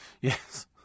Yes